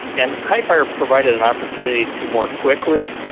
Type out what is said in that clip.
and hifire provided an opportunity to more quickly,